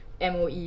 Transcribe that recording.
MOE